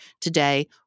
today